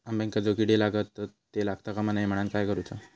अंब्यांका जो किडे लागतत ते लागता कमा नये म्हनाण काय करूचा?